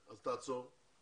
תעצור.